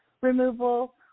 removal